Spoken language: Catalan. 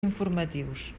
informatius